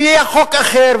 ויהיה חוק אחר,